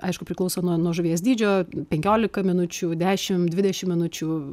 aišku priklauso nuo nuo žuvies dydžio penkiolika minučių dešim dvidešim minučių